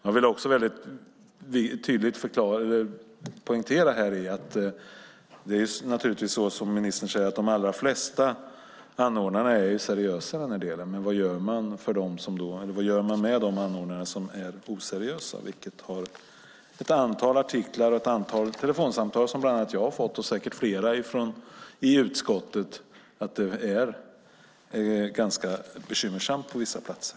Jag vill tydligt poängtera att naturligtvis är de allra flesta, som också ministern säger, seriösa. Men vad gör man med de anordnare som är oseriösa? Ett antal artiklar och telefonsamtal som bland annat jag och säkert flera i utskottet har fått har visat att det är ganska bekymmersamt på vissa platser.